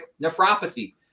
nephropathy